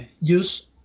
use